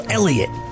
Elliott